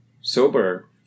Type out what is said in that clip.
sober